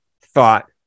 thought